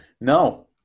No